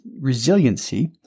resiliency